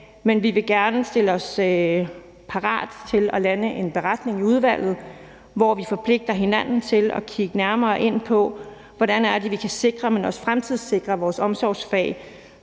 men vi vil gerne stille os parat til at lande en beretning i udvalget, hvor vi forpligter hinanden på at kigge nærmere på, hvordan vi kan sikre, men også fremtidssikre vores omsorgsfag